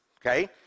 Okay